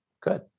good